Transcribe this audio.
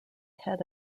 head